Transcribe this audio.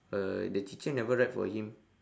uh the teacher never write for him